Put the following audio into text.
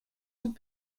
sous